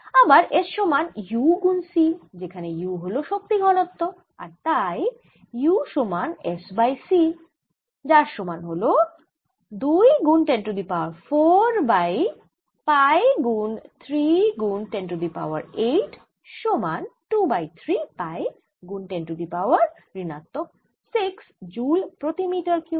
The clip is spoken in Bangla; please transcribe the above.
আবার S সমান u গুন c যেখানে u হল শক্তি ঘনত্ব আর তাই u সমান S বাই c যার সমান হল 2 গুন 10 to the power 4 by pi গুন 3 গুন 10 টু দি পাওয়ার 8 সমান 2 বাই 3 পাই গুন 10 টু দি পাওয়ার ঋণাত্মক 6 জ্যুল প্রতি মিটার কিউব